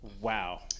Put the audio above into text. Wow